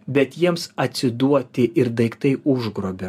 bet jiems atsiduoti ir daiktai užgrobė